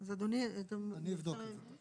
אז אדוני --- אני אבדוק את זה.